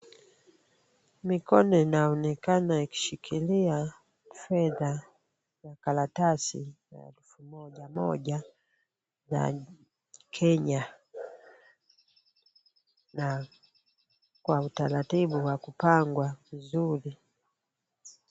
Mikono inaonekana ikishikilia fedha ya karatasi ya elfu moja ya Kenya na kwa utaratibu wa kupangwa vizuri.